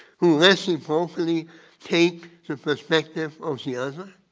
who most importantly take the perspective of the other